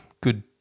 good